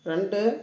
ரெண்டு